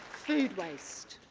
food waste,